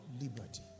Liberty